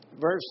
verse